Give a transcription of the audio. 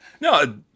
no